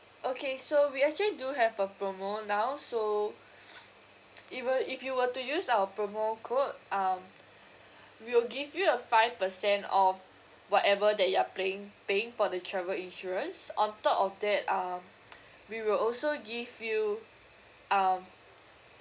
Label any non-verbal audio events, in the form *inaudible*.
okay so we actually do have a promo now so *noise* if you if you were to use our promo code um we will give you a five percent off whatever that you are playing paying for the travel insurance on top of that um we will also give you um